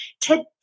Today